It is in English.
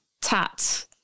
tat